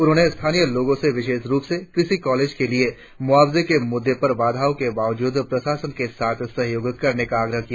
उन्होंने स्थानीय लोगों से विशष रुप से कृषि कॉलेज के लिए मुआवजे के मुद्दों पर बाधाओं के बावजूद प्रशासन के साथ सहयोग करने का आग्रह किया